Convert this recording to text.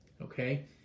Okay